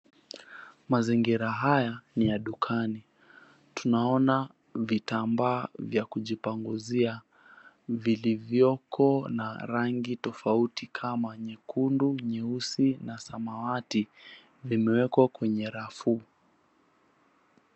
Mazingira haya ni ya dukani, tunaona vitambaa vya kujipanguzia vilivyoko na rangi tofauti kama nyekundu, nyeusi na samawati vimewekwa kwenye rafu.